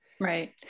Right